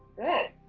good.